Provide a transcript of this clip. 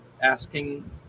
asking